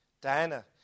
Diana